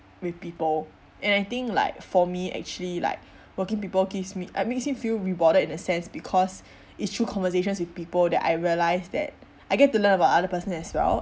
with people and I think like for me actually like working people gives me uh makes me feel rewarded in a sense because it's through conversations with people that I realise that I get to learn about other person as well